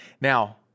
Now